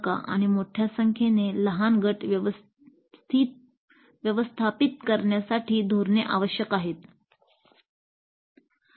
आणि मोठ्या संख्येने लहान गट व्यवस्थापित करण्यासाठी धोरणे आवश्यक आहेत